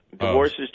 Divorces